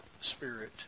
spirit